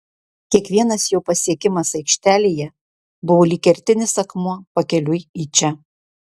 kiekvienas jo pasiekimas aikštelėje buvo lyg kertinis akmuo pakeliui į čia